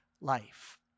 life